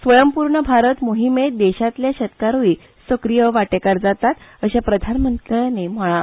स्वयंपूर्ण भारत मोहिमेंत देशांतले शेतकारूय सक्रिय वांटेकार जातात अशें प्रधानमंत्र्यांनी म्हणलां